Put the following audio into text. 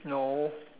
no